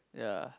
ya